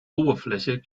oberfläche